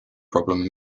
problem